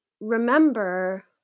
remember